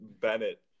bennett